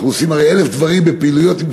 אנחנו הרי עושים אלף דברים בפעילויות עם